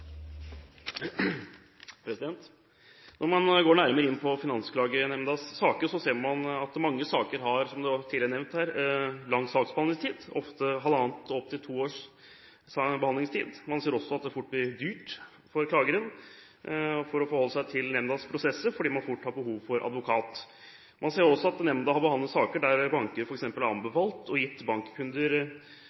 oppfølgingsspørsmål. Når man går nærmere inn på Finansklagenemndas saker, ser man at mange saker har – som tidligere nevnt her – lang saksbehandlingstid, ofte halvannet og opptil to års behandlingstid. Man ser også at det fort blir dyrt for klageren å forholde seg til nemndas prosesser, fordi man fort har behov for advokat. Man ser også at nemnda har behandlet saker der banker f.eks. har anbefalt og gitt bankkunder